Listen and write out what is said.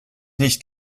nicht